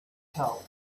tell